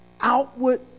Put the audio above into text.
outward